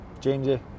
Jamesy